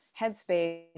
headspace